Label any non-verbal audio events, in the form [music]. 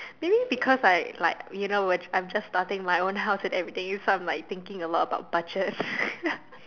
maybe because like like you know which I'm just starting my own house and everything that's why I'm like you thinking a lot about budget [laughs]